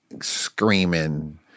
screaming